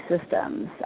systems